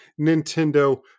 Nintendo